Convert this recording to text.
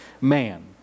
man